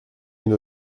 une